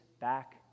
back